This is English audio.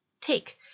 take